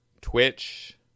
Twitch